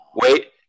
Wait